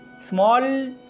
small